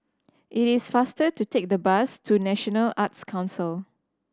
it is faster to take the bus to National Arts Council